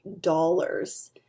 dollars